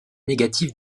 négatives